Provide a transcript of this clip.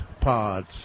pods